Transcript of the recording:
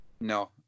no